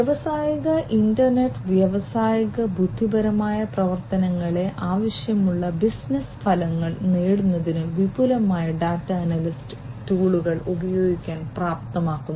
വ്യാവസായിക ഇന്റർനെറ്റ് വ്യാവസായിക ബുദ്ധിപരമായ പ്രവർത്തനങ്ങളെ ആവശ്യമുള്ള ബിസിനസ്സ് ഫലങ്ങൾ നേടുന്നതിന് വിപുലമായ ഡാറ്റാ അനലിറ്റിക് ടൂളുകൾ ഉപയോഗിക്കാൻ പ്രാപ്തമാക്കുന്നു